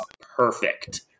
perfect